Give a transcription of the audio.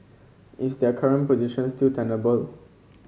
is their current position still tenable